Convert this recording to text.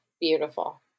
beautiful